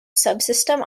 subsystem